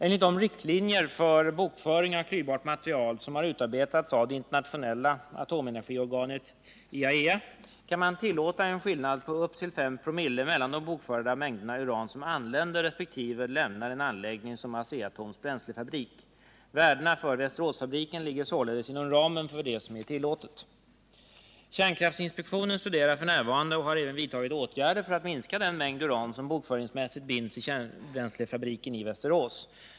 Enligt de riktlinjer för bokföring av klyvbart material som har utarbetats av det internationella atomenergiorganet IAEA kan man tillåta en skillnad på upp till 5 ?/oo mellan de bokförda mängderna uran som anländer resp. lämnar en anläggning som Asea-Atoms bränslefabrik. Värdena för Västeråsfabriken ligger således inom ramen för det som är tillåtet. Kärnkraftinspektionen studerar f. n. och har även vidtagit åtgärder för att minska den mängd uran som bokföringsmässigt binds i kärnbränslefabriken i Västerås.